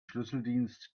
schlüsseldienst